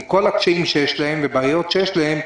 עם כל הקשיים שיש להם והבעיות שיש להם,